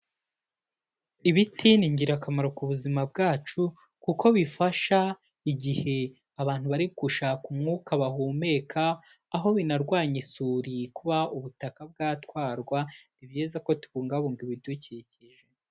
Ibiti ni ingirakamaro ku buzima bwacu kuko bifasha igihe abantu bari gushaka umwuka bahumeka, aho binarwanya isuri kuba ubutaka bwatwarwa, ni byiza ko tubungabunga ibidukikije.